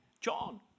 John